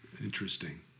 Interesting